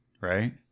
right